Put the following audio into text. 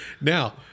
Now